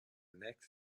next